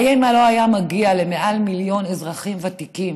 האם לא היה מגיע למעל מיליון אזרחים ותיקים,